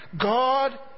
God